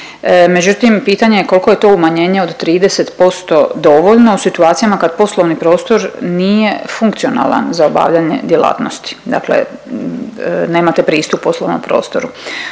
Međutim, pitanje je koliko je to umanjenje od 30% dovoljno u situacijama kad poslovni prostor nije funkcionalan za obavljanje djelatnosti dakle nemate pristup poslovnom prostoru.